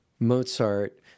Mozart